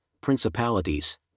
principalities